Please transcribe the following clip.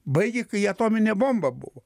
baigė kai atominė bomba buvo